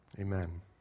Amen